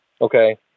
Okay